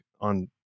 on